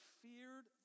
feared